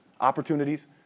opportunities